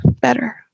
better